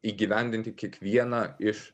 įgyvendinti kiekvieną iš